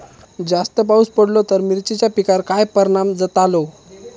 जास्त पाऊस पडलो तर मिरचीच्या पिकार काय परणाम जतालो?